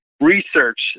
research